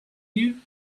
you